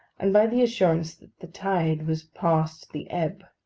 and by the assurance that the tide was past the ebb,